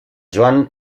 joan